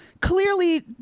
clearly